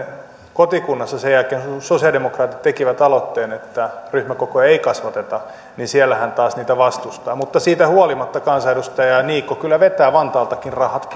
kotikunnassa sen jälkeen kun sosialidemokraatit tekivät aloitteen että ryhmäkokoja ei kasvateta niin siellä hän taas niitä vastustaa mutta siitä huolimatta kansanedustaja niikko kyllä vetää vantaaltakin rahat